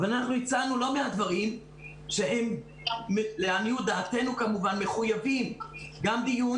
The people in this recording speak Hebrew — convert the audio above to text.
אנחנו הצענו לא מעט דברים שהם לעניות דעתנו מחויבים גם דיון